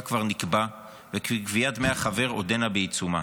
כבר נקבע וכי גביית דמי החבר עודנה בעיצומה.